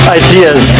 ideas